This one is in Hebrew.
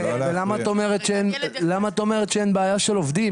למה את אומרת שאין בעיה של עובדים?